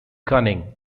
cunning